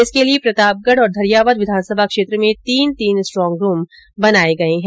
इसके लिये प्रतापगढ और धरियावद विधानसभा क्षेत्र में तीन तीन स्ट्रॉग रूम बनाये गये है